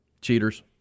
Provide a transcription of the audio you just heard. Cheaters